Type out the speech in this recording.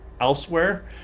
elsewhere